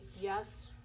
Yes